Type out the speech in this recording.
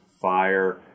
fire